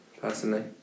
personally